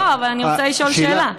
אבל אני רוצה לשאול שאלה.